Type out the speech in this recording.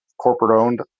corporate-owned